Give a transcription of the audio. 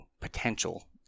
potential